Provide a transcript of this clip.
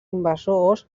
invasors